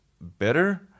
better